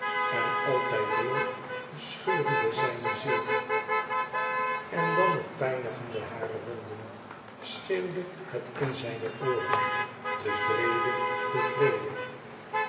en altijd door verscheurende zijne ziel en dan nog pijnigende hare wonden schreeuwde het in zijne ooren de vrede